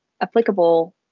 applicable